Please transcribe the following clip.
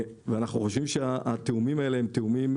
אנחנו חושבים שהתיאומים האלה הם תיאומים